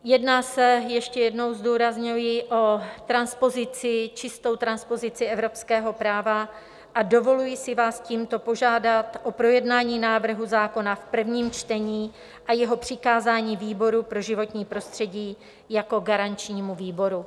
Jedná se, ještě jednou zdůrazňuji, o čistou transpozici evropského práva a dovoluji si vás tímto požádat o projednání návrhu zákona v prvním čtení a jeho přikázání výboru pro životní prostředí jako garančnímu výboru.